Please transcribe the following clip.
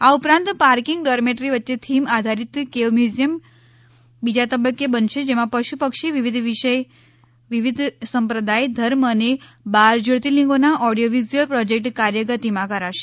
આ ઉપરાંત parking dormitory વચ્ચે થીમ આધારિત કેવ મ્યુઝિયમ બીજા તબક્કે બનશે જેમાં પશુ પક્ષી વિવિધ સંપ્રદાય ધર્મ અને બાર જયોતિર્લિંગોના ઓડીયો વીઝયુલ પ્રોજેક્ટ કાર્ય ગતિમાં કરાશે